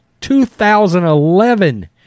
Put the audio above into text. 2011